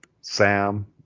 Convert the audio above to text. Sam